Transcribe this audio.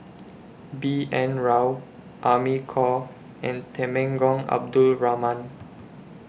B N Rao Amy Khor and Temenggong Abdul Rahman